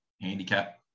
handicap